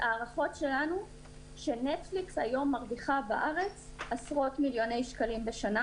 הערכות שלנו הן שנטפליקס היום מרוויחה בארץ עשרות מיליוני שקלים בשנה.